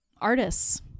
artists